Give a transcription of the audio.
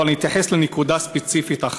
אבל אתייחס לנקודה ספציפית אחת.